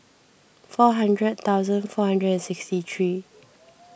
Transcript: four hundred thousand four hundred and sixty three